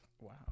Wow